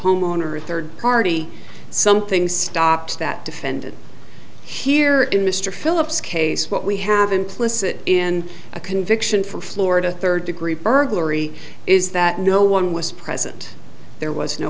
homeowner a third party something stops that defendant here in mr philips case what we have implicit in a conviction for florida third degree burglary is that no one was present there was no